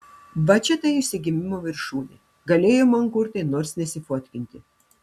va čia tai išsigimimo viršūnė galėjo mankurtai nors nesifotkinti